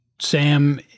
Sam